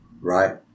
right